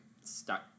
stuck